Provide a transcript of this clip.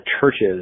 churches